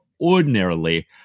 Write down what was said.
ordinarily